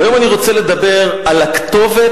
היום אני רוצה לדבר על הכתובת,